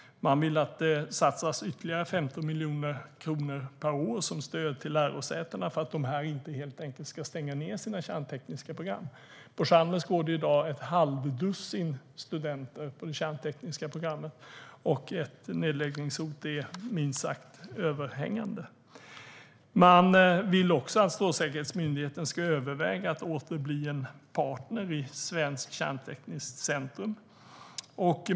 Man vill att det satsas ytterligare 15 miljoner kronor per år som stöd till lärosätena för att de helt enkelt inte ska stänga ned sina kärntekniska program. På Chalmers går det i dag ett halvdussin studenter på det kärntekniska programmet, och ett nedläggningshot är minst sagt överhängande. Man vill också att Strålsäkerhetsmyndigheten ska överväga att åter bli en partner i Svenskt kärntekniskt centrum.